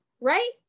right